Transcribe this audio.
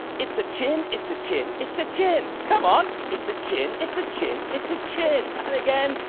it's a chin, it's a chin, it's a chin. come on. it's a chin, it's a chin, it's a chin. and again.